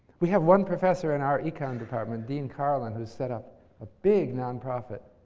we have one professor in our econ department, dean karlan, who set up a big nonprofit